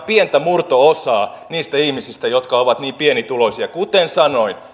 pientä murto osaa niistä ihmisistä jotka ovat niin pienituloisia kuten sanoin